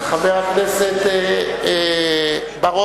חבר הכנסת בר-און,